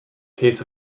case